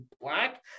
black